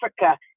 Africa